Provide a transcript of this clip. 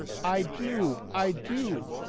i do. i do.